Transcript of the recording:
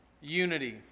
unity